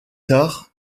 tard